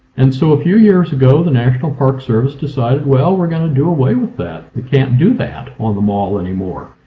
and so a few years ago the national park service decided, well we're going to do away with that. they can't do that on the mall anymore,